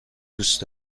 دوست